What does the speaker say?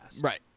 Right